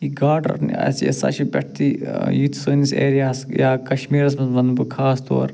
یہ گاڑٕ رٹٕنۍ آسہِ یہِ ہسا چھُ پٮ۪ٹھ تہِ ٲں یتھ سٲنِس ایریا ہَس یا کشمیٖرس منٛز وَنہٕ بہٕ خاص طور